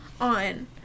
on